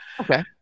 Okay